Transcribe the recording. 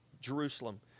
Jerusalem